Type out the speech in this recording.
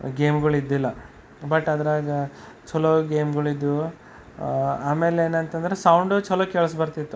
ಗೇಮ್ಗಳಿದ್ದಿಲ್ಲ but ಅದ್ರಾಗ ಚಲೋ ಗೇಮ್ಗಳಿದ್ದವು ಆಮೇಲೆ ಏನಂತಂದರೆ ಸೌಂಡು ಚಲೋ ಕೇಳ್ಸಿ ಬರ್ತಿತ್ತು